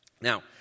Now